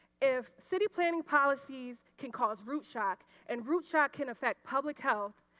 if city planning policies can cause root shock and root shock can affect public health,